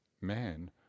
man